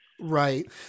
Right